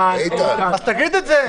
אז תגיד את זה.